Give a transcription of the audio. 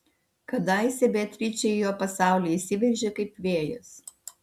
kadaise beatričė į jo pasaulį įsiveržė kaip vėjas